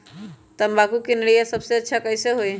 तम्बाकू के निरैया सबसे अच्छा कई से होई?